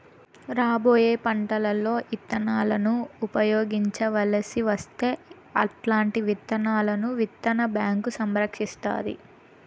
రాబోయే పంటలలో ఇత్తనాలను ఉపయోగించవలసి వస్తే అల్లాంటి విత్తనాలను విత్తన బ్యాంకు సంరక్షిస్తాది